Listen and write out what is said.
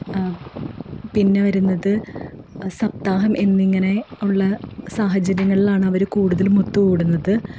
പിന്നെ വരുന്നത് സപ്താഹം എന്നിങ്ങനെ ഉള്ള സാഹചര്യങ്ങളിൽ ആണ് അവര് കൂടുതലും ഒത്തു കൂടുന്നത്ത്